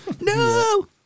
No